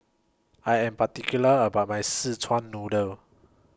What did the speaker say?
I Am particular about My Szechuan Noodle